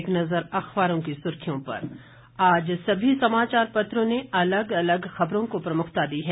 एक नज़र अखबारों की सुर्खियों पर आज सभी समाचार पत्रों ने अलग अलग खबरों को प्रमुखता दी है